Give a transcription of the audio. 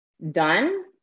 done